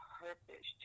purpose